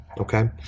Okay